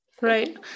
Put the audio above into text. Right